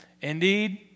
Indeed